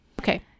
Okay